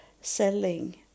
selling